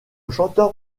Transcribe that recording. chanteur